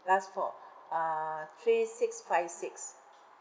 last four uh three six five six